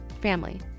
family